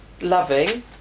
loving